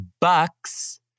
bucks